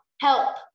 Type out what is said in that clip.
help